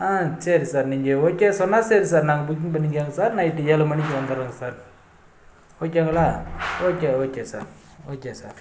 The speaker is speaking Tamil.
ஆ சரி சார் நீங்கள் ஓகே சொன்னால் சரி சார் நாங்க புக்கிங் பண்ணிக்கிறோங்க சார் நைட்டு ஏழு மணிக்கு வந்துடுவோங்க சார் ஓகேங்களா okay okay sir okay sir